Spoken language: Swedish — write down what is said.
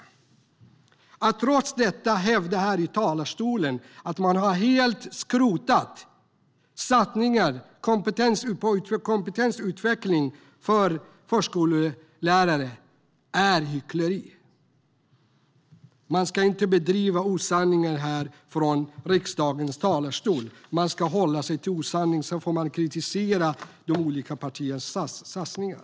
Att trots det hävda i talarstolen att regeringen helt har skrotat satsningar på kompetensutveckling för förskollärare är hyckleri. Man ska inte fara med osanning i riksdagens talarstol. Man ska hålla sig till sanningen även när man kritiserar olika partiers satsningar.